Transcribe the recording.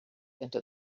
into